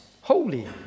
holy